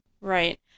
Right